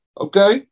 okay